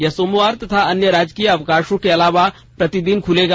यह सोमवार तथा अन्य राजकीय अवकाशों के अलावा प्रतिदिन खुलेगा